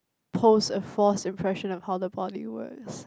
pose a false impression of how the body works